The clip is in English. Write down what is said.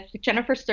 Jennifer